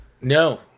No